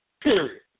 Period